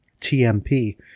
tmp